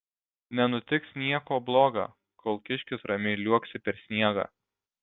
nenutiks nieko bloga kol kiškis ramiai liuoksi per sniegą